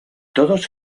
todos